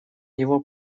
его